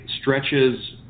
stretches